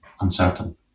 uncertain